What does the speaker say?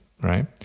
right